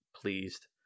pleased